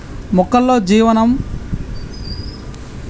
మొక్కల్లో జీవనం విధానం లో సీ.ఓ రెండు పాత్ర ఏంటి?